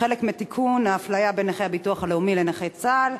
כחלק מתיקון האפליה בין נכי הביטוח הלאומי לנכי צה"ל,